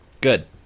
Good